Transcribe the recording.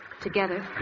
together